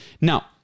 Now